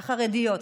החרדיות,